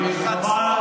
חצוף.